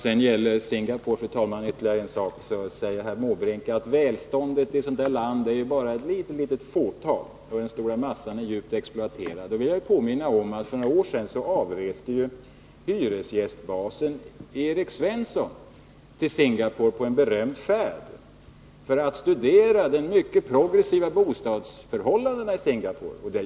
Så skall jag, fru talman, säga ytterligare en sak vad gäller Singapore. Herr Måbrink säger att välståndet i det landet bara kommer ett fåtal människor till del, medan den stora massan av befolkningen är djupt exploaterad. Jag vill påminna om att hyresgästbasen Erik Svensson för några år sedan gjorde sin berömda färd till Singapore för att studera de mycket progressiva bostadsförhållandena där.